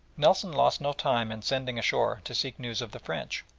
nelson lost no time in sending ashore to seek news of the french,